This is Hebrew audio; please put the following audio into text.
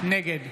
נגד